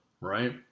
right